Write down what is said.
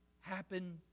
happen